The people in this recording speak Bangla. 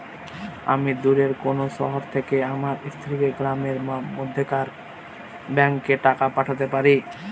আমি দূরের কোনো শহর থেকে আমার স্ত্রীকে গ্রামের মধ্যেকার ব্যাংকে টাকা পাঠাতে পারি?